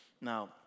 Now